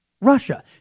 Russia